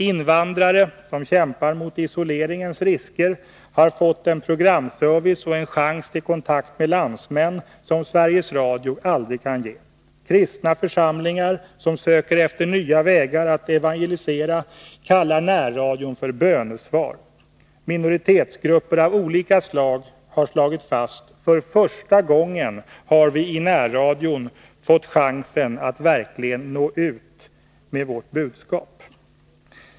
Invandrare som kämpar mot isoleringens risker har fått en programservice och en chans till kontakt med landsmän som Sveriges Radio aldrig kan ge. Kristna församlingar, som söker efter nya vägar att evangelisera, kallar närradion för bönesvar. Minoritetsgrupper av olika slag har slagit fast: För första gången har vi i närradion fått chansen att verkligen nå ut med vårt budskap.